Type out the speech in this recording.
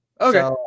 Okay